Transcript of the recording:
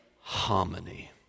harmony